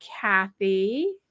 kathy